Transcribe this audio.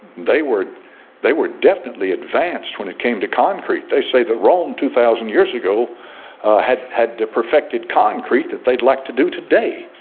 they were they were definitely advanced when it came to concrete they say the wrong two thousand years ago had had the perfected concrete that they'd like to do today.